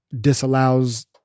disallows